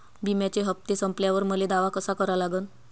बिम्याचे हप्ते संपल्यावर मले दावा कसा करा लागन?